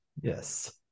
yes